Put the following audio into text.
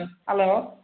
hello